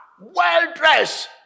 Well-dressed